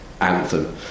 anthem